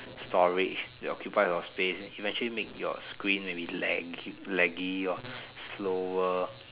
storage they occupy a lot of space it actually make your screen maybe lag~ laggy or slower